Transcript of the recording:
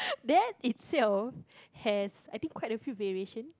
that itself has I think quite a few variation